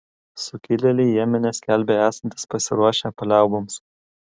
sukilėliai jemene skelbia esantys pasiruošę paliauboms